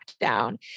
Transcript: down